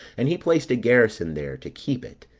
and he placed a garrison there, to keep it,